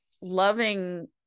loving